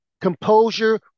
composure